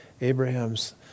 Abraham's